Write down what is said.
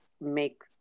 make